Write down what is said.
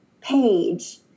page